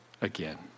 again